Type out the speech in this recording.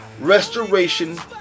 restoration